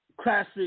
Classic